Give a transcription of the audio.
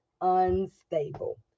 unstable